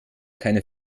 keine